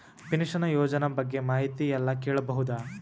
Pension ಯೋಜನ ಬಗ್ಗೆ ಮಾಹಿತಿ ಎಲ್ಲ ಕೇಳಬಹುದು?